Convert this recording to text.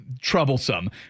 troublesome